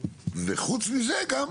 וחוץ מזה גם,